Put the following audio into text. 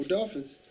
Dolphins